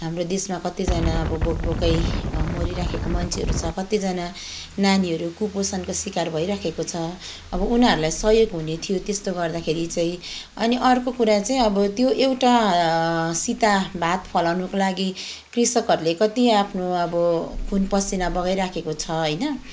हाम्रो देशमा कतिजना अब भोकभोकै मरिरहेको मान्छेहरू छ कतिजना नानीहरू कुपोषणको सिकार भइरहेको छ अब उनीहरूलाई सहयोग हुने थियो त्यस्तो गर्दाखेरि चाहिँ अनि अर्को कुरा चाहिँ अब त्यो एउटा सिता भात फलाउनको लागि कृषकहरूले कति आफ्नो अब खुन पसिना बगाइराखेको छ होइन